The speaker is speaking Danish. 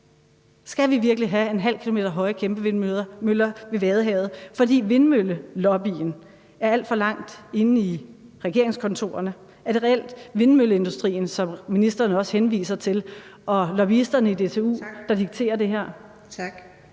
skal vi virkelig have en halv kilometer høje kæmpevindmøller ved Vadehavet, fordi vindmøllelobbyen er alt for langt inde i regeringskontorerne? Er det reelt vindmølleindustrien, som ministeren også henviser til, og lobbyisterne fra DTU, der dikterer det her? Kl.